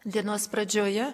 dienos pradžioje